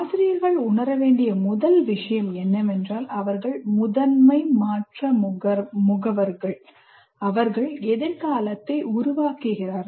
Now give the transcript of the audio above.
ஆசிரியர்கள் உணர வேண்டிய முதல் விஷயம் என்னவென்றால் அவர்கள் முதன்மை மாற்ற முகவர்கள் அவர்கள் எதிர்காலத்தை உருவாக்குகிறார்கள்